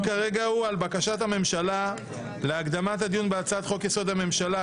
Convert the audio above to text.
הדיון כרגע הוא על בקשת הממשלה להקדמת הדיון בהצעת חוק-יסוד: הממשלה